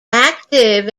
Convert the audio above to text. active